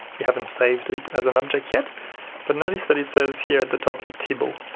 we haven't saved it as an object yet but notice that it says here at the top a tibble,